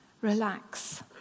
Relax